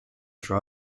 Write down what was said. dry